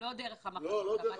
לא דרך המחנות.